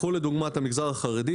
קחו לדוגמה את המגזר החרדי,